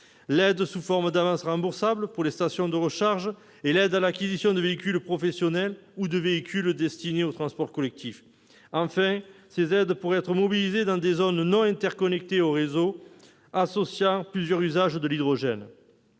aide sous forme d'avances remboursables pour les stations de recharge et de l'aide à l'acquisition de véhicules professionnels ou de véhicules destinés au transport collectif. Enfin, ces aides pourraient être mobilisées dans des zones non interconnectées aux réseaux, associant plusieurs usages de l'hydrogène.